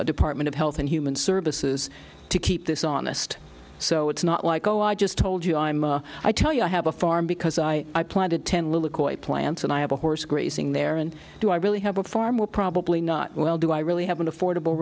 the department of health and human services to keep this honest so it's not like oh i just told you i'm a i tell you i have a farm because i planted ten little quite plants and i have a horse grazing there and do i really have a farm or probably not well do i really have an affordable